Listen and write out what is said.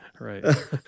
Right